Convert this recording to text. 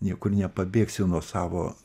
niekur nepabėgsi nuo savo